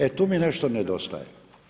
E tu mi nešto nedostaje.